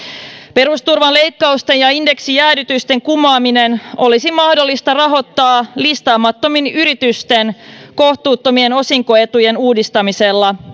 perusturvan leikkausten ja indeksijäädytysten kumoaminen olisi mahdollista rahoittaa listaamattomien yritysten kohtuuttomien osinkoetujen uudistamisella